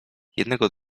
jednego